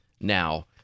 now